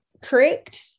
Correct